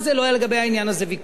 לא היה לגבי העניין הזה ויכוח.